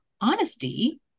honesty